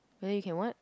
whether you can what